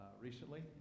recently